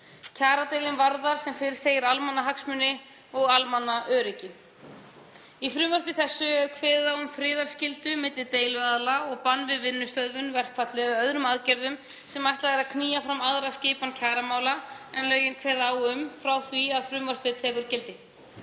Kjaradeilan varðar, sem fyrr segir, almannahagsmuni og almannaöryggi. Í frumvarpi þessu er kveðið á um friðarskyldu milli deiluaðila og bann við vinnustöðvunum, verkfalli eða öðrum aðgerðum sem ætlað er að knýja fram aðra skipan kjaramála en lögin kveða á um frá því að frumvarpið tekur gildi.